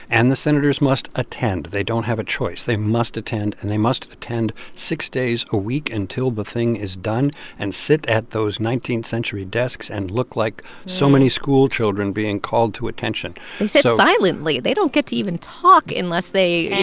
and the senators must attend. they don't have a choice. they must attend, and they must attend six days a week until the thing is done and sit at those nineteenth century desks and look like so many schoolchildren being called to attention and sit silently. they don't get to even talk unless they. and